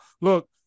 Look